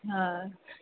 हा